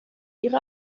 ihre